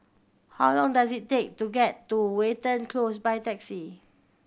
how long does it take to get to Watten Close by taxi